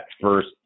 first